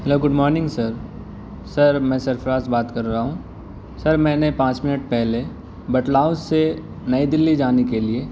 hello good morning sir sir میں سرفراز بات کر رہا ہوں سر میں نے پانچ منٹ پہلے بٹلہ ہاؤس سے نئی دلی جانے کے لیے